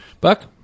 Buck